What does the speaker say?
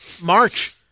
March